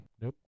Nope